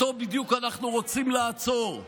אותו בדיוק אנחנו רוצים לעצור.